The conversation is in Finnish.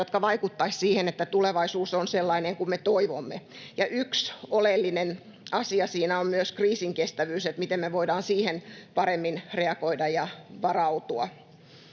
jotka vaikuttaisivat siihen, että tulevaisuus on sellainen kuin me toivomme. Yksi oleellinen asia siinä on myös kriisinkestävyys: miten me voidaan siihen paremmin reagoida ja varautua.